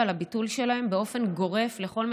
וזה